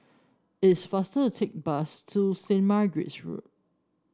it's faster to take the bus to Saint Margaret's Road